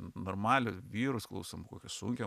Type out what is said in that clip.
normalią vyrus klausom kokią sunkią